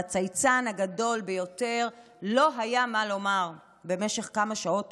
לצייצן הגדול ביותר לא היה מה לומר במשך כמה שעות טובות.